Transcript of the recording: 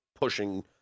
pushing